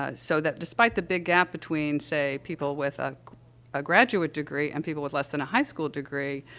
ah so that despite the big gap between, say, people with a a graduate degree and people with less than a high school degree,